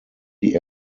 die